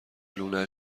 لونه